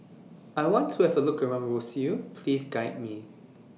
I want to Have A Look around Roseau Please Guide Me